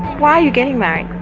why are you getting married?